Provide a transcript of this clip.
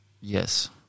Yes